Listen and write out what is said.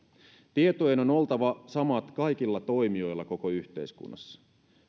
tietojen on oltava samat kaikilla toimijoilla koko yhteiskunnassa